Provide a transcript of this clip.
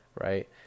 right